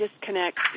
disconnect